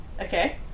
Okay